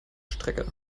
strecke